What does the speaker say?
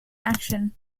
action